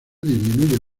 disminuye